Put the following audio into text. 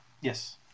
Yes